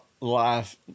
life